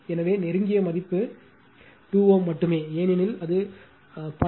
எனவே நெருங்கிய மதிப்பு 2 Ω மட்டுமே ஏனெனில் அது 0